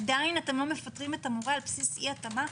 עדיין אתם לא מפטרים את המורה על בסיס אי-התאמה?